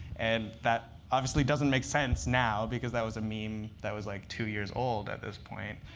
and that obviously doesn't make sense now because that was i mean that was like two years old at this point.